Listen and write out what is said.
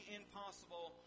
impossible